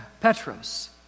Petros